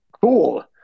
cool